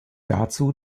dazu